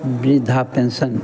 बृद्धा पेंसन